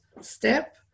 step